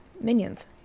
Minions